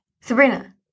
Sabrina